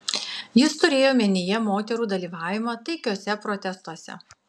jis turėjo omenyje moterų dalyvavimą taikiuose protestuose